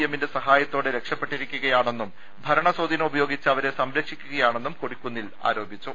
എമ്മിന്റെ സഹായത്തോടെ രക്ഷപ്പെട്ടിരിക്കുകയാ ണെന്നും ഭരണസ്വാധീനം ഉപയോഗിച്ച് അവരെ സംരക്ഷിക്കുകയാ ണെന്നും കൊടിക്കുന്നിൽ ആരോപിച്ചു